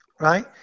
Right